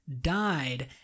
died